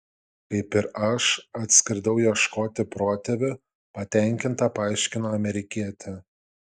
kaip ir aš atskridau ieškoti protėvių patenkinta paaiškino amerikietė